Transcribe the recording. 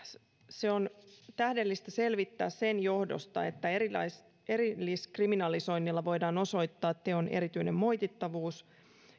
se on tähdellistä selvittää sen johdosta että erilliskriminalisoinnilla voidaan osoittaa teon erityinen moitittavuus